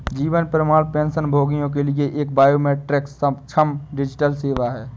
जीवन प्रमाण पेंशनभोगियों के लिए एक बायोमेट्रिक सक्षम डिजिटल सेवा है